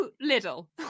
little